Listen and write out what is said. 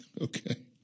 Okay